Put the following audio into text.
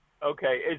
Okay